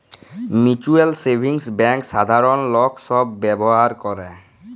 mutual savings bank সাধারল লক ছব ব্যাভার ক্যরে